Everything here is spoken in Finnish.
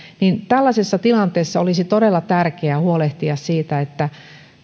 niin tällaisessa tilanteessa olisi todella tärkeää huolehtia siitä että